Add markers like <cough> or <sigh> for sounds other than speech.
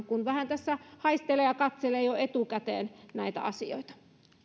<unintelligible> kun vähän tässä haistelee ja katselee jo etukäteen näitä asioita